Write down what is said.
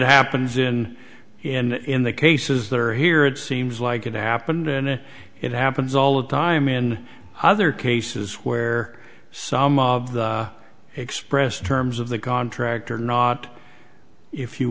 happens in in the cases that are here it seems like it happened and it happens all the time in other cases where some of the expressed terms of the contract are not if you